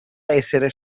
essere